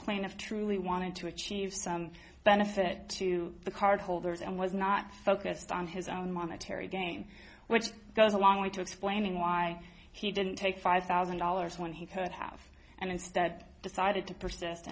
plaintiff truly wanted to achieve some benefit to the card holders and was not focused on his own monetary gain which goes a long way to explaining why he didn't take five thousand dollars when he could have and instead decided to persist